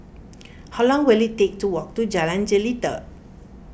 how long will it take to walk to Jalan Jelita